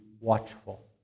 watchful